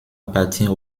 appartient